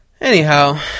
Anyhow